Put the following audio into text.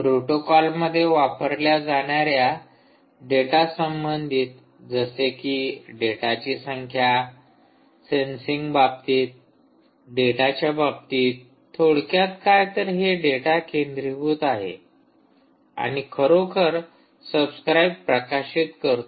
प्रोटोकॉलमध्ये वापरल्या जाणाऱ्या डेटा संबंधित जसे की डेटाची संख्या सेन्सींग बाबतीत डेटाच्या बाबतीत थोडक्यात काय तर हे डेटा केंद्रीभूत आहे आणि खरोखर सबस्क्राईब प्रकाशित करतो